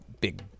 big